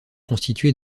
constitué